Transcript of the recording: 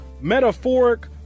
metaphoric